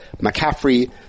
McCaffrey